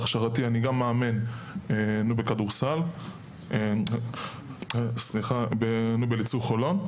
בהכשרתי אני גם מאמין בכדורסל באליצור חולון,